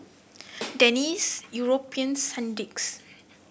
Deni's Europace Sandisk